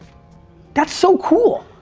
that's so cool,